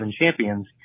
champions